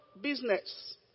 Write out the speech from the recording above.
business